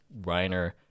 Reiner